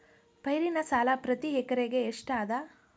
ಪೈರಿನ ಸಾಲಾ ಪ್ರತಿ ಎಕರೆಗೆ ಎಷ್ಟ ಅದ?